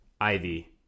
Ivy